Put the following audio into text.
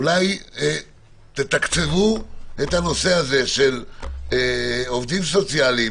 אולי תתקצבו את הנושא של עובדים סוציאליים